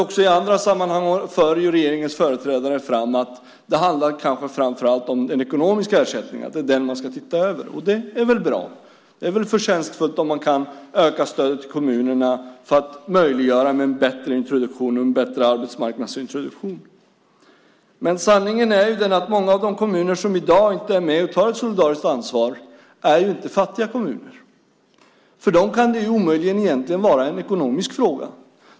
Också i andra sammanhang för regeringens företrädare fram att det kanske framför allt handlar om den ekonomiska ersättningen, det är den man ska se över. Det är väl bra. Det är väl förtjänstfullt om man kan öka stödet till kommunerna för att möjliggöra en bättre introduktion och en bättre arbetsmarknadsintroduktion. Sanningen är den att många av de kommuner som i dag är inte med om att ta ett solidariskt ansvar inte är fattiga kommuner. För dem kan det omöjligen vara en ekonomisk fråga.